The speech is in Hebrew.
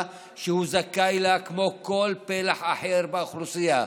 שהוא זכאי לה כמו כל פלח אחר באוכלוסייה.